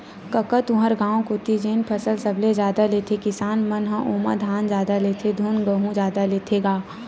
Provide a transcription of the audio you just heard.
कका तुँहर गाँव कोती जेन फसल सबले जादा लेथे किसान मन ह ओमा धान जादा लेथे धुन गहूँ जादा लेथे गा?